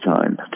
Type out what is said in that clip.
time